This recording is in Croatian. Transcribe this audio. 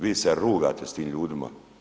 Vi se rugate s tim ljudima.